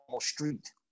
street